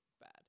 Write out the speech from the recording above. bad